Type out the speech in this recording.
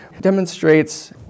demonstrates